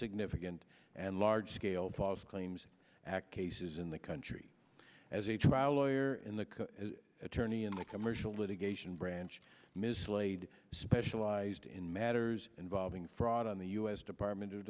significant and large scale balls claims act cases in the country as a trial lawyer in the attorney in the commercial litigation branch mislaid specialized in matters involving fraud on the u s department of